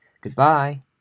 Goodbye